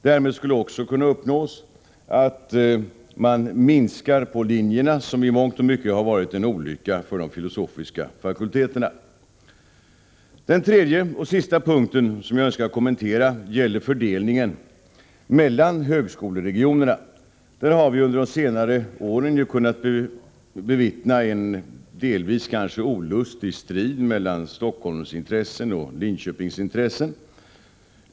Därmed skulle också kunna uppnås att man minskar på dessa linjer, som i mångt och mycket har varit en olycka för de filosofiska fakulteterna. Den tredje och sista punkten som jag önskar kommentera gäller fördelningen mellan högskoleregionerna. Därvidlag har vi under senare år kunnat bevittna en kanske delvis olustig strid mellan Stockholmsintressen och Linköpingsintressen.